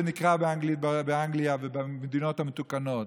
זה נקרא באנגליה ובמדינות המתוקנות,